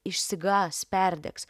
išsigąs perdegs